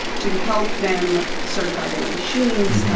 to help them certify their machines,